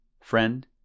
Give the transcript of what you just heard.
Friend